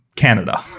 Canada